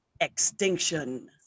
extinction